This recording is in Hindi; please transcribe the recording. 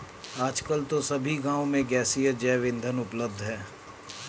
आजकल तो सभी गांव में गैसीय जैव ईंधन उपलब्ध है